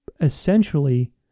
essentially